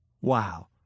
Wow